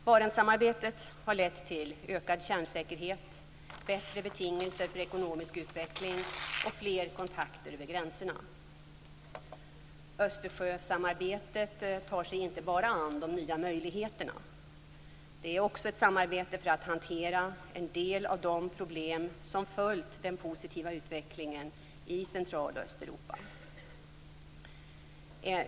Barentssamarbetet har lett till ökad kärnsäkerhet, bättre betingelser för ekonomisk utveckling och fler kontakter över gränserna. Östersjösamarbetet tar sig inte bara an de nya möjligheterna. Det är också ett samarbetet för att hantera en del av de problem som följt den positiva utvecklingen i Central och Östeuropa.